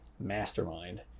mastermind